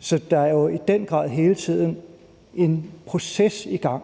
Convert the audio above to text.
Så der er jo i den grad hele tiden en proces i gang.